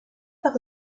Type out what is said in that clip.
par